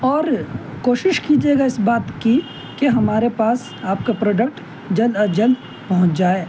اور کوشش کیجیے گا اس بات کی کہ ہمارے پاس آپ کا پروڈکٹ جلد از جلد پہنچ جائے